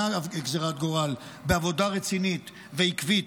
בעבודה רצינית ועקבית,